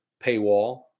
paywall